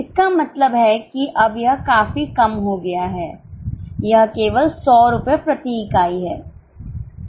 इसका मतलब है कि अब यह काफी कम हो गया है यह केवल 100 रुपये प्रति इकाईहै